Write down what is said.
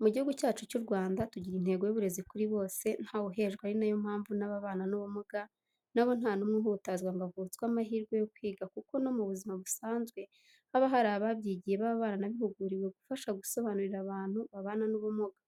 Mu Gihugu cyacu cy'u Rwanda tugira intego y'uburezi kuri bose ntawuhejwe ari na yo mpamvu n'ababana n'ubumuga na bo nta n'umwe uhutazwa ngo avutswe amahirwe yo yo kwiga kuko no mu buzima busanzwe haba hari ababyigiye baba baranabihuguriwe gufasha gusobanurira abantu babana n'ubumuga,